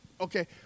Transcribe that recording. okay